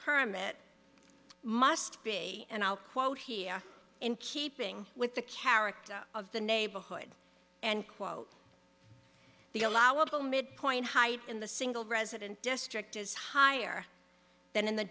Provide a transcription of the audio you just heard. permit must be and i'll quote here in keeping with the character of the neighborhood and quote the allowable midpoint height in the single resident district is higher than in the